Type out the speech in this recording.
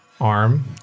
arm